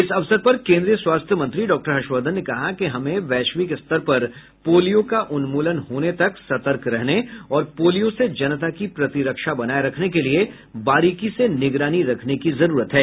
इस अवसर पर केन्द्रीय स्वास्थ्य मंत्री डॉक्टर हर्षवर्धन ने कहा कि हमें वैश्विक स्तर पर पोलियो का उन्मूलन होने तक सतर्क रहने और पोलियो से जनता की प्रतिरक्षा बनाए रखने के लिए बारीकी से निगरानी रखने की जरूरत है